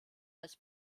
als